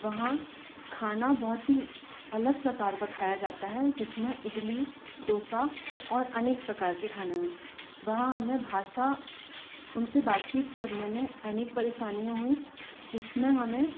वहाँ खाना बहुत ही अलग प्रकार का खाया जाता है जिस में इडली डोसा और अनेक प्रकार के खाना हैं वहाँ हमें भाषा उन से बातचीत करने में अनेक परेशानियाँ हुईं जिस में हमें